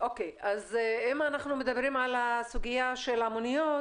אם אנחנו מדברים על הסוגיה של המוניות,